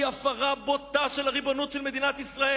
הפרה בוטה של הריבונות של מדינת ישראל.